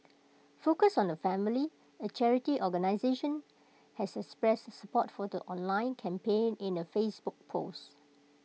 focus on the family A charity organisation has expressed support for the online campaign in A Facebook post